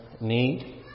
need